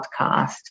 podcast